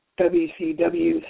WCW